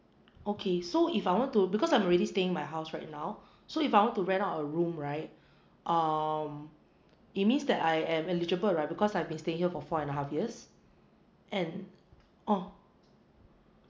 okay so if I want to because I'm already staying in my house right now so if I want to rent out a room right um it means that I am eligible right because I've been staying here for four and a half years and oh